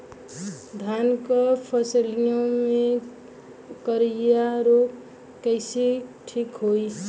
धान क फसलिया मे करईया रोग कईसे ठीक होई?